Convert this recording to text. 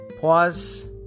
pause